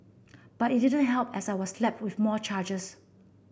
but it didn't help as I was slapped with more charges